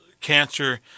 cancer